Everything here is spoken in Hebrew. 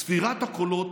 ספירת הקולות